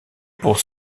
pour